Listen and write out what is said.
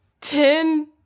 Ten